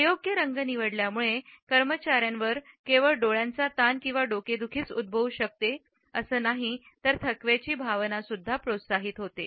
अयोग्य रंग निवडल्यामुळे कर्मचार्यांवर केवळ डोळ्यांचा ताण किंवा डोकेदुखीच उद्भवू शकते आणि थकव्याची भावना सुद्धा प्रोत्साहित होते